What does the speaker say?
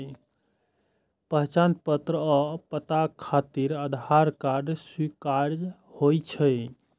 पहचान पत्र आ पता खातिर आधार कार्ड स्वीकार्य होइ छै